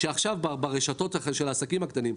שעכשיו ברשתות של העסקים הקטנים,